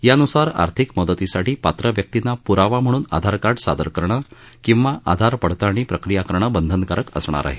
यानुसार आर्थिक मदतीसाठी पात्र व्यक्तींना पुरावा म्हणून आधारकार्ड सादर करणं किंवा आधार पडताळणी प्रक्रिया करणं बंधनकारक असणार आहे